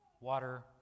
water